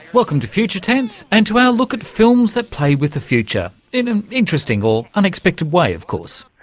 welcome to future tense and to our look at films that play with the future, in an interesting or unexpected way of course.